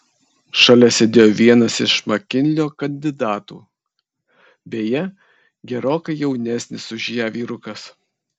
šalia sėdėjo vienas iš makinlio kandidatų beje gerokai jaunesnis už ją vyrukas